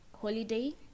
holiday